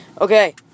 okay